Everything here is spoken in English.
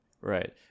Right